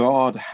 God